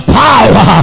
power